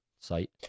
site